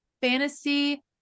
fantasy